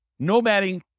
nomading